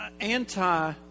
anti